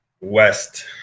west